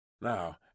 Now